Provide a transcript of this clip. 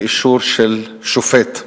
באישור של שופט,